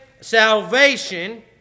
salvation